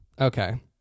Okay